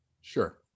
Sure